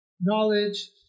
knowledge